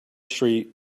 street